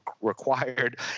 required